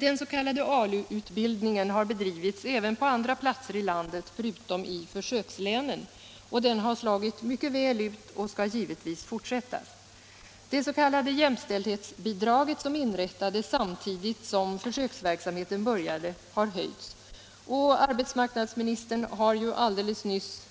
Den s.k. ALU utbildningen har bedrivits även på andra platser i landet föutom i för sökslänen, och den har slagit mycket väl ut och skall givetvis fortsätta. Det s.k. jämställdhetsbidraget som inrättades samtidigt som försöksverksamheten började har höjts. Arbetsmarknadsministern har ju alldeles nyss